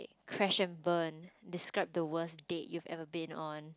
crash and burn describe the worst date you've ever been on